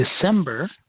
December